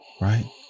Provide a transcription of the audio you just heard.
right